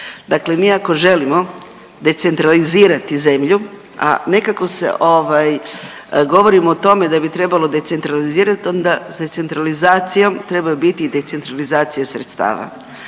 Dakle, mi ako želimo decentralizirati zemlju, a nekako se govorimo o tome da bi trebalo decentralizirati, onda sa centralizacijom trebaju biti i decentralizacije sredstava.